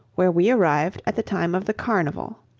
where we arrived at the time of the carnival.